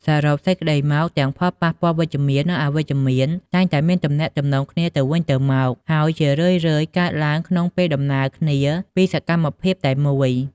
សរុបសេចក្ដីមក ទាំងផលប៉ះពាល់វិជ្ជមាន និងអវិជ្ជមានតែងតែមានទំនាក់ទំនងគ្នាទៅវិញទៅមក ហើយជារឿយៗកើតឡើងក្នុងពេលដំណាលគ្នាពីសកម្មភាពតែមួយ។